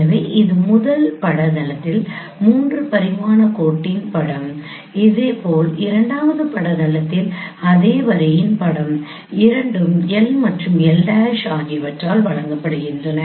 எனவே இது முதல் பட தளத்தில் 3 பரிமாண கோட்டின் படம் இதேபோல் இரண்டாவது பட தளத்தில் அதே வரியின் படம் இரண்டும் L மற்றும் L' ஆகியவற்றால் வழங்கப்படுகின்றன